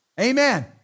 Amen